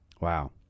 Wow